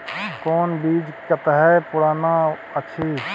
कोनो बीज कतेक पुरान अछि?